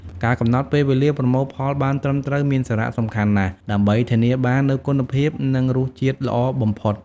ការកំណត់ពេលវេលាប្រមូលផលបានត្រឹមត្រូវមានសារៈសំខាន់ណាស់ ដើម្បីធានាបាននូវគុណភាព និងរសជាតិល្អបំផុត។